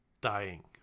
Dying